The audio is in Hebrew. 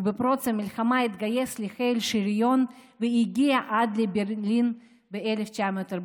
ובפרוץ המלחמה התגייס לחיל שריון והגיע עד לברלין ב-1945.